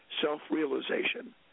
self-realization